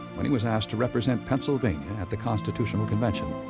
when he was asked to represent pennsylvania at the constitutional convention.